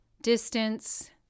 distance